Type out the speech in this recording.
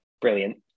brilliant